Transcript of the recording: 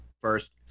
first